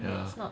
ya